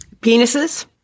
penises